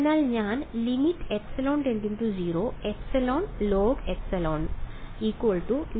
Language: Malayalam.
എൽ ഹോപ്പിറ്റലിന്റെ റൂൾ L Hopital's rule